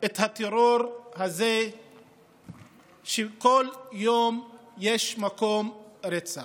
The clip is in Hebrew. את הטרור הזה שבכל יום יש מקרה רצח.